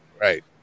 Right